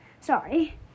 Sorry